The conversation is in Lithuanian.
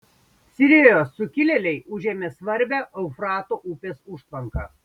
sirijos sukilėliai užėmė svarbią eufrato upės užtvanką